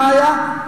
מה היה?